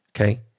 okay